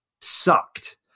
sucked